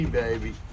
baby